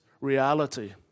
reality